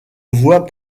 voie